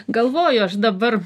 galvoju aš dabar